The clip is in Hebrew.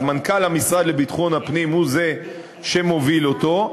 אז מנכ"ל המשרד לביטחון הפנים הוא זה שמוביל אותו,